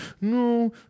no